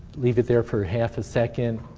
leave it there for half a second,